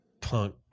punk